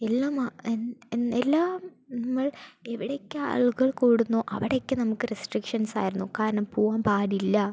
എല്ലാം എല്ലാം നമ്മൾ എവിടെയൊക്കെ ആളുകൾ കൂടുന്നോ അവിടെയൊക്കെ നമുക്ക് റെസ്ട്രിക്ഷൻസായിരുന്നു കാരണം പോകാൻ പാടില്ല